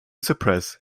suppress